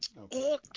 Okay